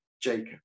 Jacob